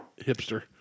hipster